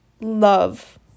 love